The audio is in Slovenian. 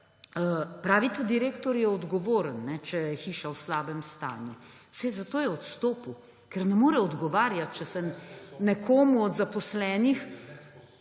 pravite, direktor je odgovoren, če je hiša v slabem stanju. Saj zato je odstopil, ker ne more odgovarjati, če se nekomu od zaposlenih